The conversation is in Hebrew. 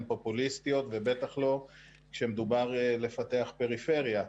פופוליסטיות ובטח לא כאשר מדובר על פיתוח פריפריה.